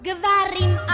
Gvarim